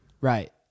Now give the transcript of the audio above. right